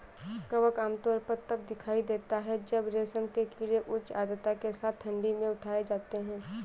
कवक आमतौर पर तब दिखाई देता है जब रेशम के कीड़े उच्च आर्द्रता के साथ ठंडी में उठाए जाते हैं